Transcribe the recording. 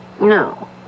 No